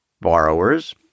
borrowers